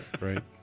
Right